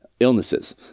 illnesses